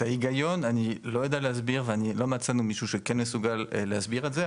את ההיגיון אני לא יודע להסביר ולא מצאנו מישהו שכן מסוגל להסביר את זה,